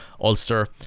Ulster